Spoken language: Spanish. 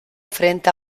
frente